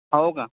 हो का